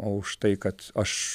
o už tai kad aš